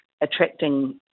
attracting